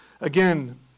Again